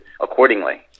accordingly